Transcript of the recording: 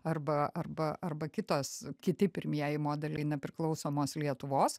arba arba arba kitos kiti pirmieji modeliai nepriklausomos lietuvos